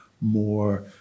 more